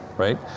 right